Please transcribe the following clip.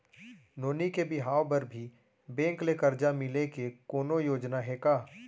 नोनी के बिहाव बर भी बैंक ले करजा मिले के कोनो योजना हे का?